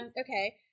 Okay